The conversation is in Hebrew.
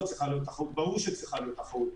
צריכה להיות תחרות ברור שצריכה להיות תחרות.